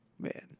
man